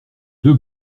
deux